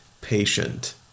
patient